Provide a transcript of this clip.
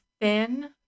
thin